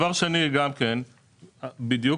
אני חושב